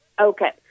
Okay